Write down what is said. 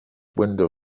window